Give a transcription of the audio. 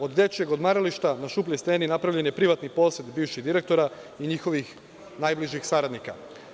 Od dečijeg odmarališta na Šupljoj steni napravljen je privatni posed bivšeg direktora i njihovih najbližih saradnika.